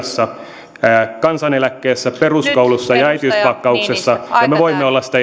monessa asiassa kansaneläkkeessä peruskoulussa ja äitiyspakkauksessa ja me voimme olla sitä